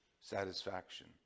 satisfaction